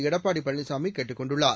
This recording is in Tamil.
எடப்பாடி பழனிசாமி கேட்டுக் கொண்டுள்ளார்